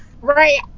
Right